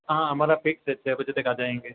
हाँ हमारा फिक्स है छः बजे तक आ जाएंगे